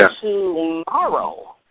tomorrow